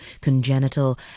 congenital